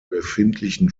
befindlichen